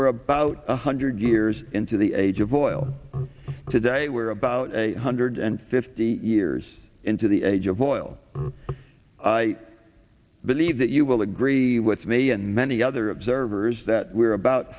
were about one hundred years into the age of oil today we're about a hundred and fifty years into the age of oil i believe that you will agree with me and many other observers that we are about